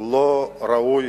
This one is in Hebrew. לא ראוי